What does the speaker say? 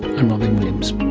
i'm robyn williams